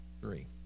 Three